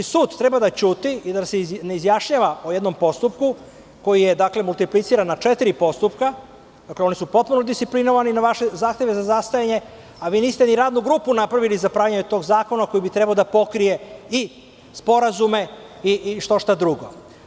Sud treba da ćuti i da se ne izjašnjava o jednom postupku koji je multipliciran na četiri postupka, oni su potpuno disciplinovani na vaše zahteve za zastajanje, a vi niste ni radnu grupu napravili za pravljenje tog zakona koji bi trebalo da pokrije i sporazume i što šta drugo.